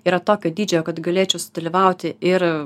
yra tokio dydžio kad galėčiau sudalyvauti ir